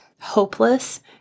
hopeless